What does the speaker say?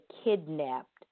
kidnapped